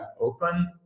open